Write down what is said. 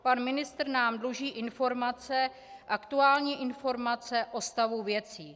Pan ministr nám dluží informace, aktuální informace o stavu věcí.